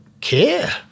care